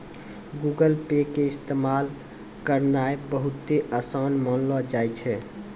Google Pay के इस्तेमाल करनाय बहुते असान मानलो जाय छै